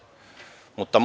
mutta